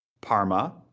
Parma